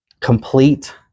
Complete